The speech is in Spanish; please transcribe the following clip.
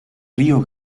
río